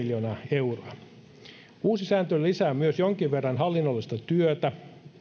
miljoonaa euroa uusi sääntö lisää myös jonkin verran hallinnollista työtä